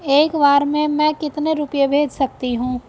एक बार में मैं कितने रुपये भेज सकती हूँ?